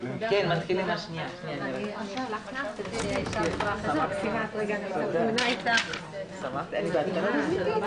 הישיבה ננעלה בשעה 10:12.